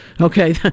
okay